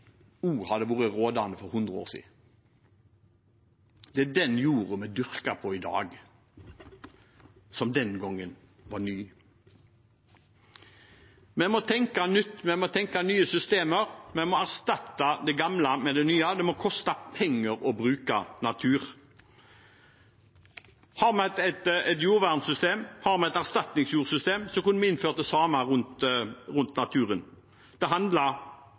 hadde vært rådende for 100 år siden! Det er den jorden vi dyrker på i dag, som den gangen var ny. Vi må tenke nytt. Vi må tenke nye systemer. Vi må erstatte det gamle med det nye. Det må koste penger å bruke natur. Har vi et jordvernsystem, et erstatningsjordsystem, kunne vi innført det samme rundt naturen. Det